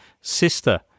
sister